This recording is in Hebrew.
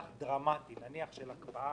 קרוב להקפאה,